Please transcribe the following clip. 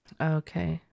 okay